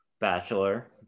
Bachelor